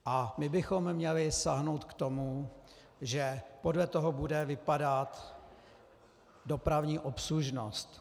A my bychom měli sáhnout k tomu, že podle toho bude vypadat dopravní obslužnost.